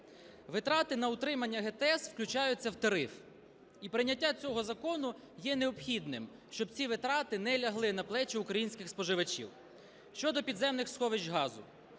Витрати на утримання ГТС включаються в тариф, і прийняття цього закону є необхідним, щоб ці витрати не лягли на плечі українських споживачів. Щодо підземних сховищ газу.